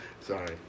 sorry